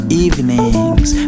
evenings